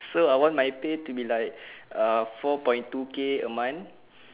so I want my pay to be like uh four point two K a month